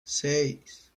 seis